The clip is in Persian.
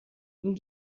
این